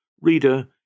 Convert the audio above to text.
Reader